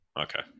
Okay